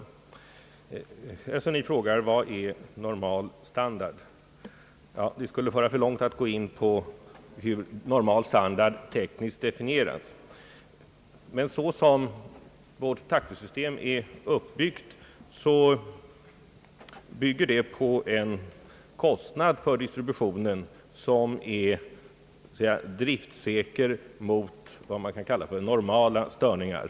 Herr Sundin frågar vad som är normalstandard. Det skulle föra för långt att gå in på hur normalstandard tekniskt definieras. Men vårt taxesystem bygger på kostnaden för sådan distribution som är driftsäker mot vad man kan kalla för normala störningar.